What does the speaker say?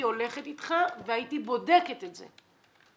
הייתי הולכת אתך והייתי בודקת את זה,